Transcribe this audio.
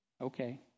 Okay